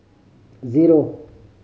zero